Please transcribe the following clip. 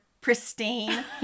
pristine